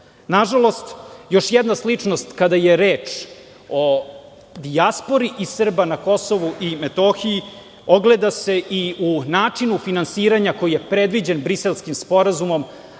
još jedna sličnost kada je reč o dijaspori i Srba na Kosovu i Metohiji ogleda se i u načinu finansiranja koji je predviđen Briselskim sporazumom,